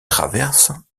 traverses